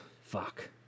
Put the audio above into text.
Fuck